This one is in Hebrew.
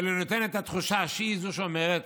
אבל היא נותנת את התחושה שהיא שאומרת